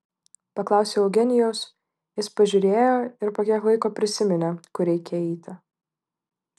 paklausiau eugenijaus jis pažiūrėjo ir po kiek laiko prisiminė kur reikia eiti